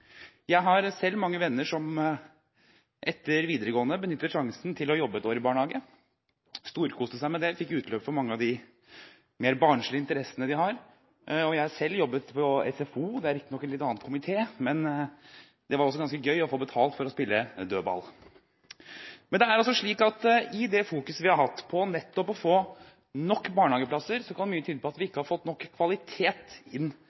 Jeg har selv mange venner som etter videregående benyttet sjansen til å jobbe et år i barnehage, som storkoste seg med det og fikk utløp for mange av de mer barnslige interessene de har. Jeg har selv jobbet på SFO – det ligger riktignok under en annen komité – og det var ganske gøy å få betalt for å spille dødball. Men det er altså slik at fordi vi har fokusert på nettopp å få nok barnehageplasser, kan mye tyde på at vi ikke har fått nok kvalitet inn